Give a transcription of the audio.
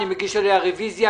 אני מגיש עליה רביזיה,